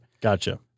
Gotcha